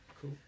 Cool